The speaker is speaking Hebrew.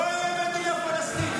לא תהיה מדינה פלסטינית.